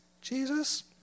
Jesus